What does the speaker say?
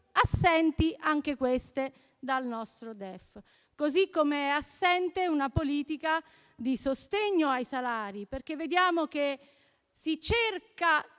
Assenti anche queste dal DEF, così com'è assente una politica di sostegno ai salari. Vediamo che si cerca